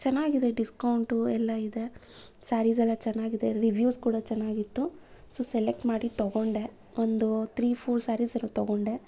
ಚೆನ್ನಾಗಿದೆ ಡಿಸ್ಕೌಂಟು ಎಲ್ಲ ಇದೆ ಸ್ಯಾರೀಸ್ ಎಲ್ಲ ಚೆನ್ನಾಗಿದೆ ರಿವ್ಯೂಸ್ ಕೂಡ ಚೆನ್ನಾಗಿತ್ತು ಸೊ ಸೆಲೆಕ್ಟ್ ಮಾಡಿ ತಗೊಂಡೆ ಒಂದು ಥ್ರೀ ಫೋರ್ ಸ್ಯಾರೀಸ್ ಏನೋ ತಗೊಂಡೆ